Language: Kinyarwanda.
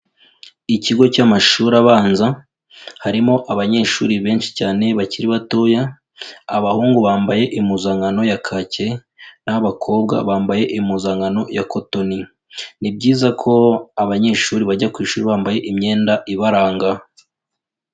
Ikigo cy'amashuri abanza harimo abanyeshuri benshi cyane bakiri batoya, abahungu bambaye impuzankano ya kake naho abakobwa bambaye impuzankano ya kotoni, ni byiza ko abanyeshuri bajya ku ishuri bambaye imyenda ibaranga.